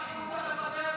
גם את שר השיכון צריך לפטר,